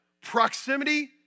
proximity